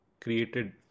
created